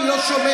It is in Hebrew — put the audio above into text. אני לא שומע.